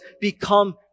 become